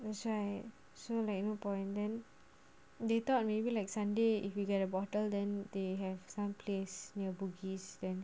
that's why so like no point then later on maybe like sunday if you get a bottle then they have some place near bugis then